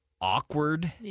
awkward